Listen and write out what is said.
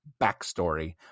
backstory